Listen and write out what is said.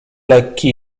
lekki